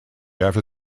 after